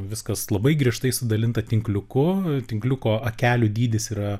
viskas labai griežtai sudalinta tinkliuku tinkliuko akelių dydis yra